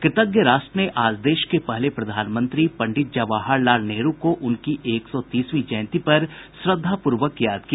कृतज्ञ राष्ट्र ने आज देश के प्रथम प्रधानमंत्री पंडित जवाहर लाल नेहरू को उनकी एक सौ तीसवीं जयंती पर श्रद्धाप्र्वक याद किया